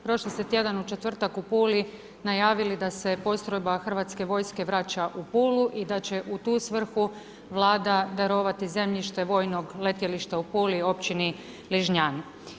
Prošli ste tjedan u četvrtak, u Puli, najavili da se postrojba hrvatske vojske vraća u Pulu i da će u tu svrhu Vlada darovati zemljište, vojnog letilišta u Puli i općini Ližnjan.